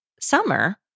summer